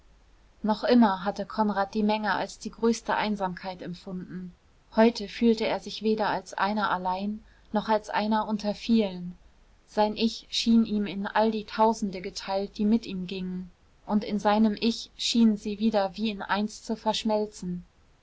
noch immer hatte konrad die menge als die größte einsamkeit empfunden heute fühlte er sich weder als einer allein noch als einer unter vielen sein ich schien ihm in all die tausende geteilt die mit ihm gingen und in seinem ich schienen sie wieder wie in eins zu verschmelzen